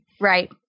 Right